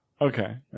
Okay